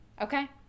Okay